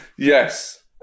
Yes